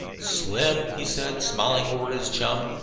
slim, he said, smiling over at his chum,